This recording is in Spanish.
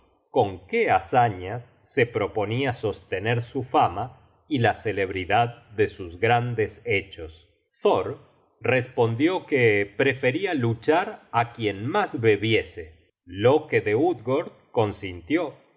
con qué hazañas se proponia sostener su fama y la celebridad de sus grandes hechos thor respondió que preferia luchar á quien mas bebiese loke de utgord consintió